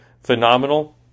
phenomenal